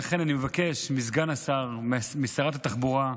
לכן, אני מבקש מסגן השר, משרת התחבורה: